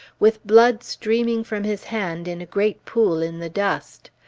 with blood streaming from his hand in a great pool in the dust.